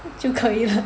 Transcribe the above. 就可以了